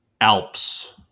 Alps